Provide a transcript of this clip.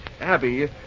Abby